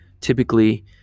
typically